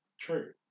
true